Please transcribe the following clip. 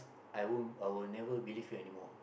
I won't I will never believe you anymore